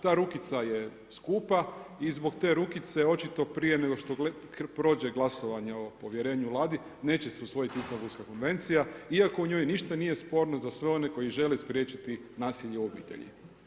Ta rukica je skupa i zbog te rukice očito prije nego što prođe glasovanje ovo o povjerenju Vladi neće se usvojiti Istanbulska konvencija, iako u njoj ništa nije sporno za sve one koji žele spriječiti nasilje u obitelji.